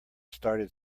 started